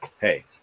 hey